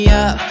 up